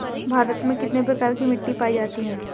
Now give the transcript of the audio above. भारत में कितने प्रकार की मिट्टी पाई जाती हैं?